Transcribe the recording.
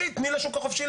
לא